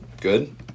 good